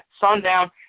sundown